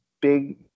big